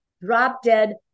drop-dead